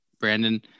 Brandon